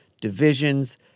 divisions